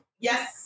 Yes